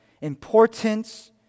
importance